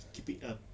keep it up